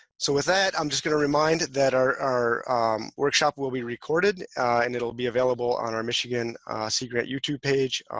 so with that, i'm just going to remind that our workshop will be recorded and it'll be available on our michigan sea grant youtube page,